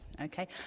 Okay